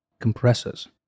compressors